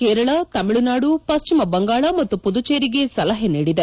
ಕೇರಳ ತಮಿಳುನಾಡು ಪಶ್ಚಿಮ ಬಂಗಾಳ ಮತ್ತು ಪುದುಚೇರಿಗೆ ಸಲಹೆ ನೀಡಿದೆ